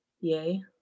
yay